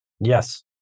Yes